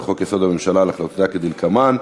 לחוק-יסוד: הממשלה, על החלטותיה כדלקמן.